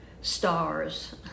stars